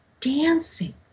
dancing